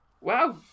Wow